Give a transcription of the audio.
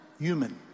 human